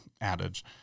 adage